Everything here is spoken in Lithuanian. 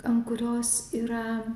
ant kurios yra